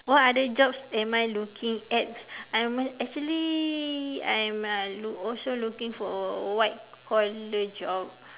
what other jobs am I looking at I am actually I am uh look also looking for white collar job